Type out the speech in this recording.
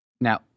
Now